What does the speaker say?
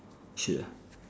sure